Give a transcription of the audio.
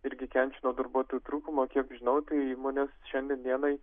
irgi kenčia nuo darbuotojų trūkumo kiek žinau tai įmonės šiandien dienai